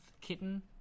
kitten